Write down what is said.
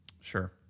Sure